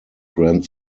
grand